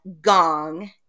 gong